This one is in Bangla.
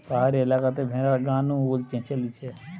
পাহাড়ি এলাকাতে ভেড়ার গা নু উল চেঁছে লিছে